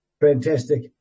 Fantastic